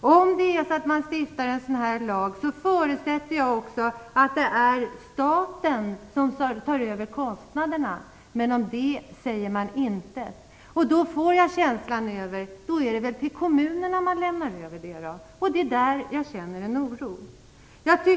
Om man stiftar en sådan här lag, förutsätter jag att staten tar över kostnaderna. Men om det säger man intet. Jag får känslan av att man avser att överlämna kostnadsansvaret till kommunerna. Jag känner en oro inför detta.